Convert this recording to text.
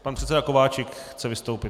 Pan předseda Kováčik chce vystoupit.